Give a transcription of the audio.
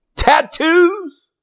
tattoos